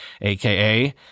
aka